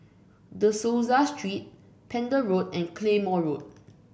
De Souza Street Pender Road and Claymore Road